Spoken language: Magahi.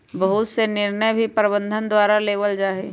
बहुत से निर्णय भी प्रबन्धन के द्वारा लेबल जा हई